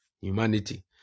humanity